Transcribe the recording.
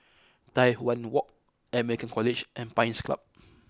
Tai Hwan Walk American College and Pines Club